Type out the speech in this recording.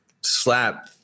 slap